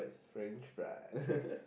french fries